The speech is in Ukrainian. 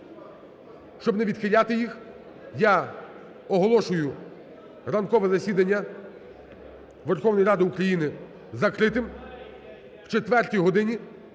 щоб не відхиляти їх, я оголошую ранкове засідання Верховної Ради України закритим. О 4-й годині